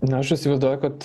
nu aš įsivaizduoju kad